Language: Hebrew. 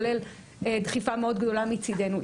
כולל דחיפה מאוד גדולה מצדנו.